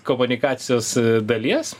komunikacijos dalies